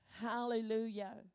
Hallelujah